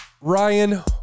Ryan